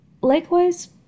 Likewise